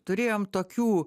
turėjom tokių